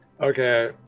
Okay